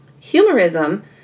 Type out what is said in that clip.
Humorism